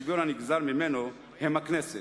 לרבות ערך השוויון הנגזר ממנו, הם הכנסת,